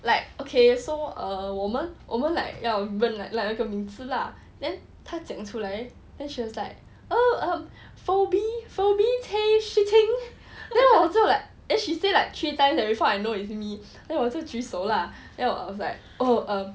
like okay so uh 我们我们 like 要认那个名字 lah then 他讲出来 then she was like oh um four B four B tee shi ting then 我就 like then she say like three times eh before I know it's me then 我就举手 lah then I was like oh um